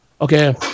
okay